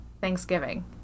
Thanksgiving